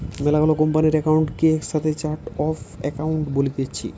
মেলা গুলা কোম্পানির একাউন্ট কে একসাথে চার্ট অফ একাউন্ট বলতিছে